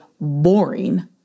boring